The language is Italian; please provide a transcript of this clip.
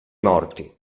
morti